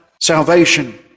salvation